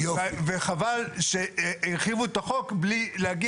וחבל שהרחיבו את החוק בלי,